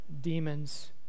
demons